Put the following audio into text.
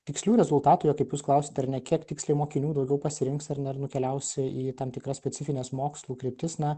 tikslių rezultatų jo kaip jūs klausėte ar ne kiek tiksliai mokinių daugiau pasirinks ar ne ir nukeliaus į tam tikras specifines mokslų kryptis na